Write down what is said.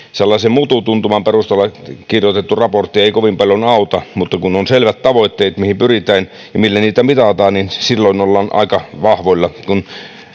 mututuntuman perusteella kirjoitettu raportti ei kovin paljon auta mutta kun on selvät tavoitteet mihin pyritään ja millä niitä mitataan niin silloin ollaan aika vahvoilla kun